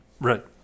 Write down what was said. Right